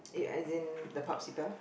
ya as in the popsicle